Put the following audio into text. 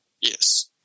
Yes